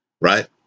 right